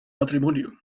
matrimonio